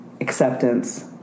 acceptance